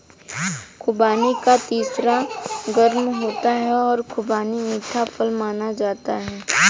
खुबानी का तासीर गर्म होता है और खुबानी मीठा फल माना जाता है